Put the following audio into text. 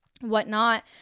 whatnot